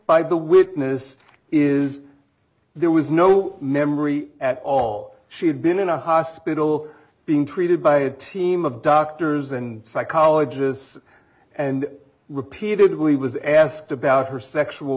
by the witness is there was no memory at all she had been in a hospital being treated by a team of doctors and psychologists and repeatedly was asked about her sexual